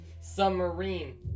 submarine